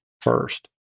first